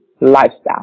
lifestyle